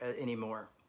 anymore